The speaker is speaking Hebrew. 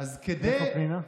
מאיפה פנינה?